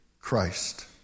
Christ